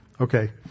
Okay